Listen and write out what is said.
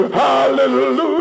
hallelujah